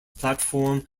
platform